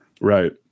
Right